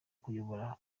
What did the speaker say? kuyobora